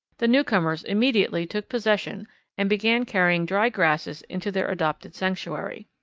the newcomers immediately took possession and began carrying dry grasses into their adopted sanctuary.